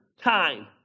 time